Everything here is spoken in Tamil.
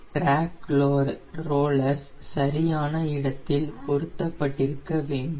ட்ராக் ரோலர்ஸ் சரியான இடத்தில் பொருத்தப்பட்டிருக்க வேண்டும்